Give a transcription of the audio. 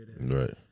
Right